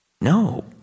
No